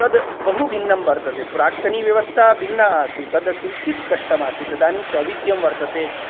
तद् बहु भिन्नं वर्तते प्राक्तनी व्यवस्था भिन्ना आसीत् तद् किञ्चित् कष्टम् आसीत् इदानीं सौविध्यं वर्तते